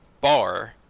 bar